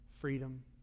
freedom